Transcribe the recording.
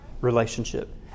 relationship